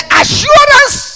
assurance